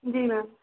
जी ma'am